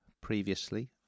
previously